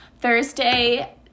Thursday